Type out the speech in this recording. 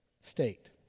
state